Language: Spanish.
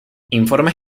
informes